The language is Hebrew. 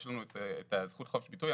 יש לנו את הזכות חופש ביטוי,